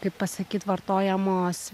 kaip pasakyt vartojamos